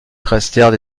restèrent